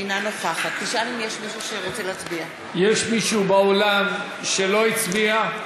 אינה נוכחת יש מישהו באולם שלא הצביע?